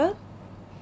uh